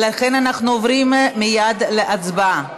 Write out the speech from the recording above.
ולכן אנחנו עוברים מייד להצבעה.